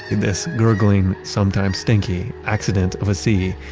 this gurgling, sometimes stinky accident of a sea,